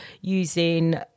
using